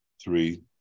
three